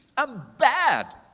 i'm bad.